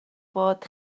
bod